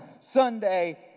Sunday